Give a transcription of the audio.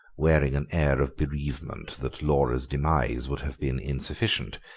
wearing an air of bereavement that laura's demise would have been insufficient,